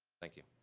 thank you.